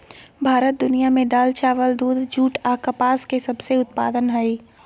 भारत दुनिया में दाल, चावल, दूध, जूट आ कपास के सबसे उत्पादन हइ